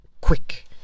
quick